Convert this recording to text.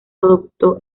adoptó